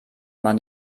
man